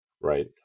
right